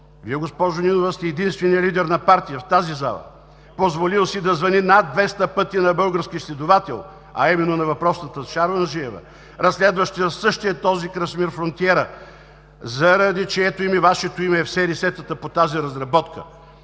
Вие, госпожо Нинова, сте единственият лидер на партия в тази зала, позволил си да звъни над 200 пъти на български следовател, а именно на въпросната Шарланджиева, разследваща същия този Красимир Фронтиера, заради чието име Вашето име е в СРС-тата по тази разработка.